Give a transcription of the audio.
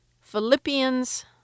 Philippians